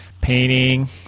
painting